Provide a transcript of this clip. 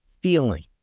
feeling